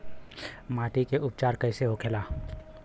माटी के उपचार कैसे होखे ला?